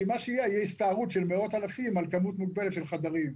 כי תהיה הסתערות של מאות אלפים על כמות מוגבלת של חדרים.